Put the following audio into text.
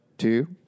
Two